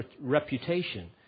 reputation